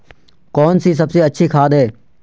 कौन सी सबसे अच्छी खाद है?